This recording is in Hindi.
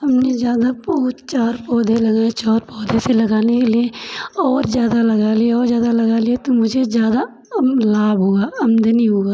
हमने ज़्यादा चार पौधे लगाए चार पौधे से लगाने के लिए और ज़्यादा लगा लिए और ज़्यादा लगा लिए तो मुझे ज़्यादा अब लाभ हुआ आमदनी होगा